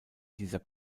dieser